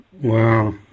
Wow